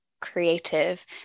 creative